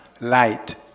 light